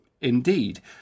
indeed